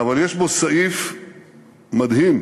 יש בו סעיף מדהים,